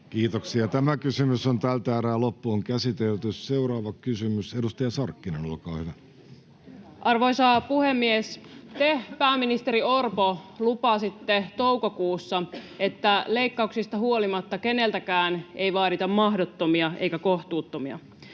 tavoitteemme, sen eteen tehdään kaikki. Seuraava kysymys, edustaja Sarkkinen, olkaa hyvä. Arvoisa puhemies! Te, pääministeri Orpo, lupasitte toukokuussa, että leikkauksista huolimatta keneltäkään ei vaadita mahdottomia eikä kohtuuttomia.